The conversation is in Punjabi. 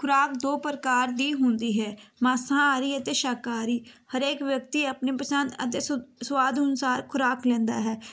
ਖੁਰਾਕ ਦੋ ਪ੍ਰਕਾਰ ਦੀ ਹੁੰਦੀ ਹੈ ਮਾਸਾਹਾਰੀ ਅਤੇ ਸ਼ਾਕਾਹਾਰੀ ਹਰੇਕ ਵਿਅਕਤੀ ਆਪਣੀ ਪਸੰਦ ਅਤੇ ਸੁ ਸੁਆਦ ਅਨੁਸਾਰ ਖੁਰਾਕ ਲੈਂਦਾ ਹੈ